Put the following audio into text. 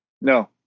No